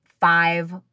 five